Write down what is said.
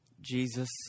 Jesus